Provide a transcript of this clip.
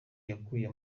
yavuye